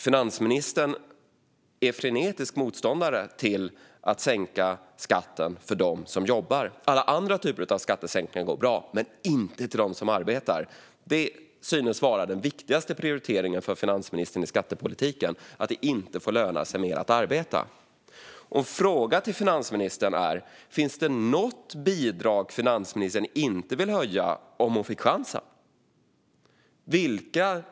Finansministern är frenetisk motståndare till att sänka skatten för dem som jobbar. Alla andra typer av skattesänkningar går bra, men inte till dem som arbetar. Det synes vara den viktigaste prioriteringen för finansministern i skattepolitiken att det inte får löna sig att arbeta. Frågan till finansministern är: Finns det något bidrag som finansministern inte vill höja om hon får chansen?